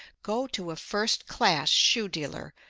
go to a first-class shoe dealer.